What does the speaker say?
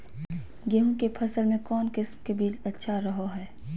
गेहूँ के फसल में कौन किसम के बीज अच्छा रहो हय?